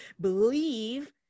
believe